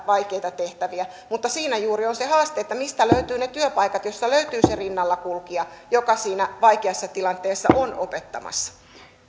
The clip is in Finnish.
vaikeita tehtäviä mutta se haaste on juuri siinä mistä löytyvät ne työpaikat joista löytyy se rinnalla kulkija joka siinä vaikeassa tilanteessa on opettamassa